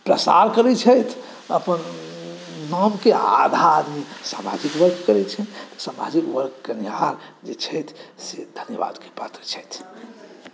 प्रसार करै छथि अपन गामके आधा आदमी सामाजिक वर्क करै छथि सामाजिक वर्क कएनिहार जे छथि से धन्यवादके पात्र छथि